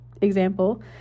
example